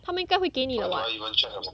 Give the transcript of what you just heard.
他们应该会给你的 [what]